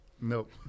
Nope